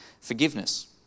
forgiveness